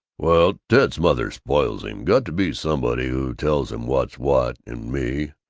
well, ted's mother spoils him. got to be somebody who tells him what's what, and me,